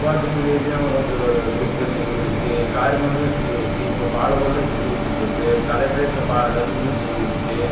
போச்சம்பள்ளிலேயும் கொஞ்சம் ஒரு குரூப் போய் செஞ்சு கொடுத்ச்சி காரியமங்கலத்திலேயும் செஞ்சு கொடுத்ச்சி இப்போ பாலக்கோட்லேயும் செஞ்சு கொடுத்துட்ருக்குது கலெக்ட்ரேட்டில் பா தருமபுரிலேயும் செஞ்சு கொடுத்ச்சி